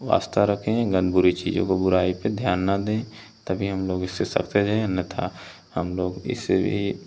वास्ता रखें गन बुरी चीज़ों पर बुराई पर ध्यान न दें तभी हम लोग इससे सक्सेस हैं अन्यतः हम लोग इससे भी